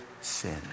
sin